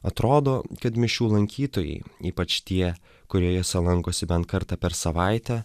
atrodo kad mišių lankytojai ypač tie kurie jose lankosi bent kartą per savaitę